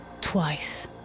Twice